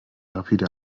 rapide